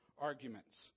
arguments